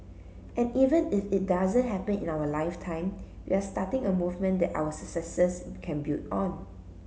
and even if it doesn't happen in our lifetime we are starting a movement that our successors can build on